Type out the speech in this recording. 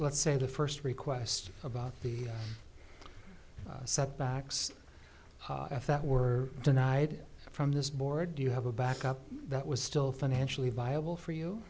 let's say the first request about the sub backs if that were denied from this board do you have a backup that was still financially viable for you